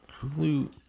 Hulu